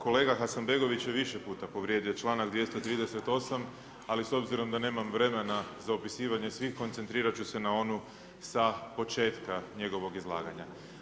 Kolega Hasanbegović je više puta povrijedio članak 238 ali s obzirom da nemam vremena za opisivanje svih koncentrirati ću se na onu sa početka njegovog izlaganja.